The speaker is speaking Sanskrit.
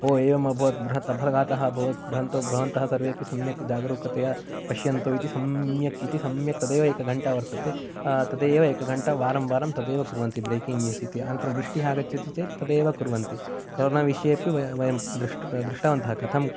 ओ एवम् अभवत् बृहत् अपघातः अभवत् भवन् भवन्तः सर्वेऽपि सम्यक् जागरुकतया पश्यन्तु इति सम्यक् इति सम्यक् तदेव एक घण्टा वर्तते तदेव एक घण्टा वारं वारं तदेव कुर्वन्ति ब्रेकिङ्ग न्युज़् इति अनन्तरं वृष्टिः आगच्छन्ति चेत् तदेव कुर्वन्ति कोरोनाविषयेपि व वयं दृष्ट दृष्टवन्तः कथं